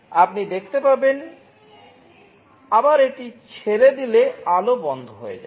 আপনি দেখতে পাবেন আবার এটি ছেড়ে দিলে আলো বন্ধ হয়ে যাবে